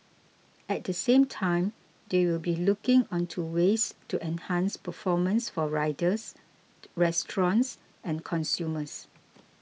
at the same time they will be looking onto ways to enhance performance for riders restaurants and consumers